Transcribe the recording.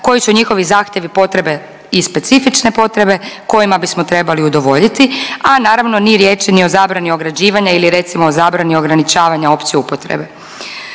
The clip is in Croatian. koji su njihovi zahtjevi, potrebe i specifične potrebe kojima bismo trebali udovoljiti, a naravno ni riječi ni o zabrani ograđivanja ili recimo o zabrani ograničavanja opće upotrebe.